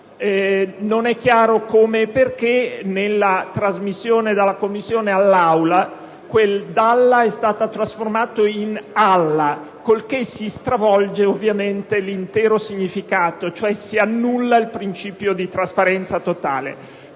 Non è chiaro come e perché, nella trasmissione dalla Commissione all'Aula, il termine "dalla" è stato trasformato in "alla", con il che si stravolge ovviamente l'intero significato della disposizione, cioè si annulla il principio di trasparenza totale.